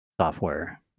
software